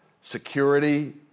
security